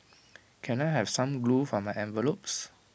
can I have some glue for my envelopes